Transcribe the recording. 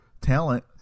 talent